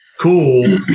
cool